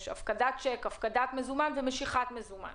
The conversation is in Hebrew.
בכספומטים יש הפקדת צ'ק, הפקדת מזומן, משיכת מזומן